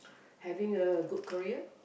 having a good career